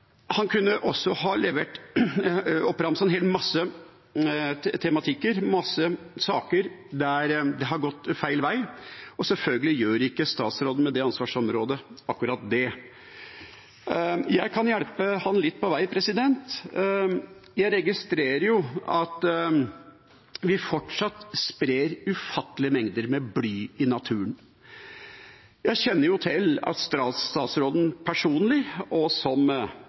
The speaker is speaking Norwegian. han også kunne ha ramset opp en hel masse tematikk, en masse saker, der det har gått feil vei. Selvfølgelig gjør ikke statsråden med det ansvarsområdet akkurat det, men jeg kan hjelpe ham litt på vei. Jeg registrerer at vi fortsatt sprer ufattelige mengder bly i naturen. Jeg kjenner jo til at statsråden personlig og som